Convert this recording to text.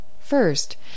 First